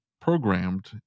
programmed